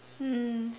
mm